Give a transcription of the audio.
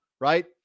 Right